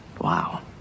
Wow